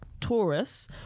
Taurus